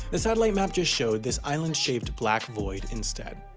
the satellite map just showed this island shaped black void instead.